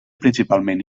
principalment